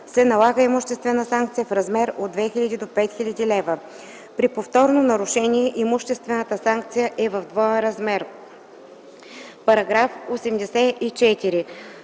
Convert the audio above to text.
се налага имуществена санкция в размер от 2000 до 5000 лв. При повторно нарушение имуществената санкция е в двоен размер.” § 84.